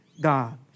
God